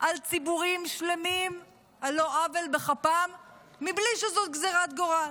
על ציבורים שלמים על לא עוול בכפם מבלי שזו גזרת גורל.